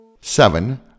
Seven